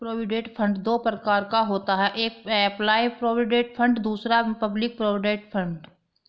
provident fund दो प्रकार का होता है एक एंप्लॉय प्रोविडेंट फंड दूसरा पब्लिक प्रोविडेंट फंड